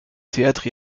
théâtre